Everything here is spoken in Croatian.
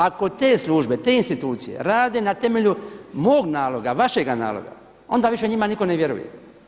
Ako te službe, te institucije rade na temelju mog naloga, vašega naloga onda više njima nitko ne vjeruje.